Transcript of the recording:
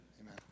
Amen